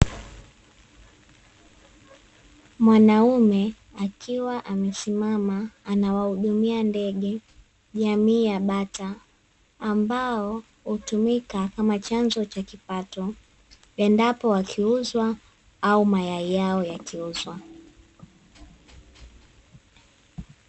Mwanaume akiwa amesimama anawahudumia ndege jamii ya bata, ambao hutumika kama chanzo cha kipato; endapo wakiuzwa au mayai yao yakiuzwa.